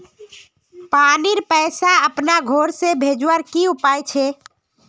पानीर पैसा अपना घोर से भेजवार की उपाय छे?